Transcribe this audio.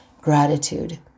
gratitude